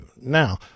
Now